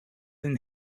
and